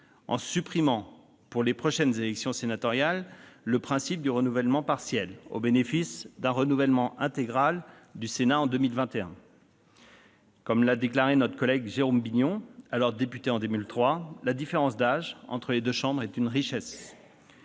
en supprimant, pour les prochaines élections sénatoriales, le principe du renouvellement partiel au bénéfice d'un renouvellement intégral du Sénat en 2021. Comme l'a déclaré notre collègue Jérôme Bignon lorsqu'il était député en 2003 :« La différence d'âge [entre les deux chambres] est une richesse.